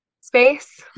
space